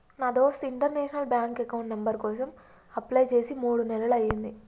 నా దోస్త్ international bank account number కోసం అప్లై చేసి మూడు నెలలయ్యింది